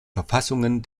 verfassungen